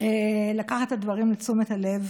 לקחת את הדברים לתשומת הלב,